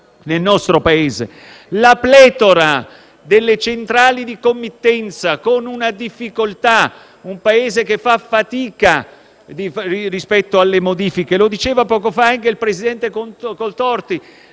nel nostro Paese) e alla pletora delle centrali di committenza, con un Paese che fa fatica rispetto alle modifiche. Lo diceva poco fa anche il presidente Coltorti.